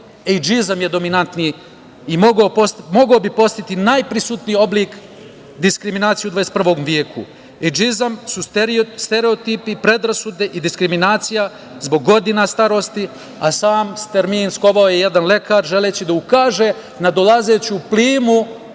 ejdžizam je dominantniji i mogao bi postati najprisutniji oblik diskriminacije u 21. veku. Ejdžizam su stereotipi, predrasude i diskriminacija zbog godina starosti, a sam termin skovao je jedan lekar, želeći da ukaže na dolazeću plimu